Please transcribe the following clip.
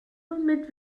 mit